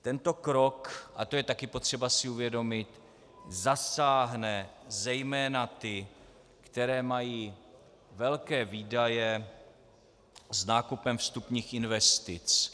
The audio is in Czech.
Tento krok, a to je také potřeba si uvědomit, zasáhne zejména ty, kteří mají velké výdaje s nákupem vstupních investic.